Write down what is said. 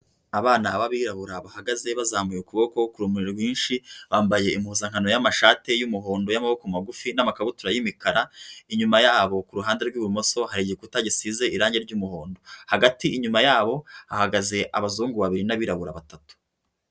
Abana b'abirabura bahagaze bazamuye ukuboko k'urumuri rwinshi, bambaye impuzankano y'amashati y'umuhondo y'amaboko magufi n'amakabutura y'imikara. Inyuma yabo ku ruhande rw'ibumoso hari igikuta gisize irangi ry'umuhondo. Hagati inyuma yabo hahagaze abazungu babiri n'abirabura batatu.